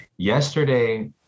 yesterday